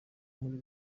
muri